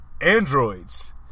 Androids